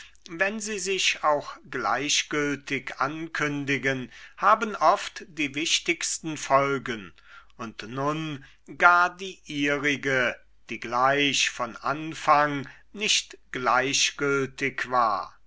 wenn sie sich auch gleichgültig ankündigen haben oft die wichtigsten folgen und nun gar die ihrige die gleich von anfang nicht gleichgültig war